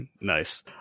Nice